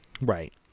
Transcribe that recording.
right